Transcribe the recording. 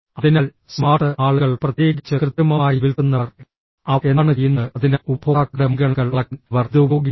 അതിനാൽ സ്മാർട്ട് ആളുകൾ പ്രത്യേകിച്ച് കൃത്രിമമായി വിൽക്കുന്നവർ അവർ എന്താണ് ചെയ്യുന്നത് അതിനാൽ ഉപഭോക്താക്കളുടെ മുൻഗണനകൾ അളക്കാൻ അവർ ഇത് ഉപയോഗിക്കുന്നു